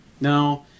now